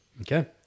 Okay